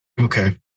Okay